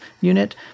unit